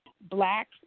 black